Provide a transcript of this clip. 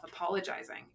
apologizing